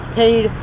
paid